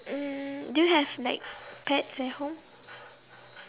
mm do you have like pets at home